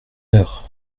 heure